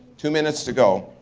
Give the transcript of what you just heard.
two minutes to go.